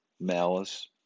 malice